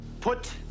Put